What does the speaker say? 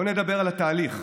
בואו נדבר על התהליך,